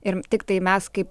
ir tiktai mes kaip